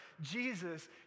Jesus